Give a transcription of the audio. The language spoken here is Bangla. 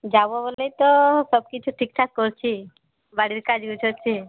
যাব বলেই তো সবকিছু ঠিকঠাক করছি বাড়ির কাজ গোছাচ্ছি